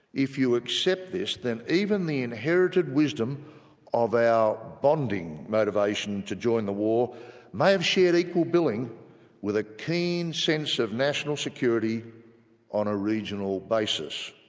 if you accept this, then even the inherited wisdom of our bonding motivation to join the war may have shared equal billing with a keen sense of national security on a regional basis.